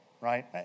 right